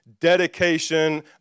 dedication